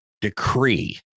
decree